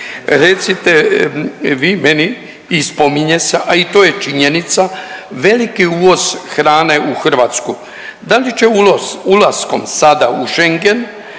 Recite vi meni i spominje se, a i to je činjenica, veliki uvoz hrane u Hrvatsku, da li će ulaskom sada u Schengen